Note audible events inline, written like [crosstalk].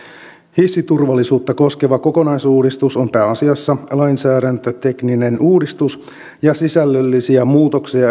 hissiturvallisuutta koskeva kokonaisuudistus on pääasiassa lainsäädäntötekninen uudistus ja sisällöllisiä muutoksia [unintelligible]